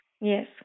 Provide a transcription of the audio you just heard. Yes